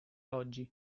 oggi